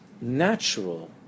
natural